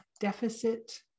deficit